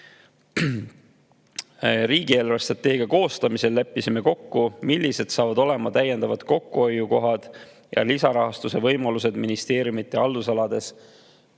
Riigi eelarvestrateegia koostamisel leppisime kokku, millised on täiendavad kokkuhoiukohad ja lisarahastuse võimalused ministeeriumide haldusalas